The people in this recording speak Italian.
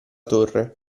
torre